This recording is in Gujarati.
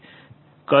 કશું બરાબર નથી